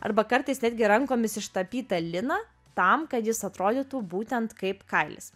arba kartais netgi rankomis ištapytą liną tam kad jis atrodytų būtent kaip kailis